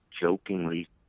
jokingly